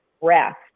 rest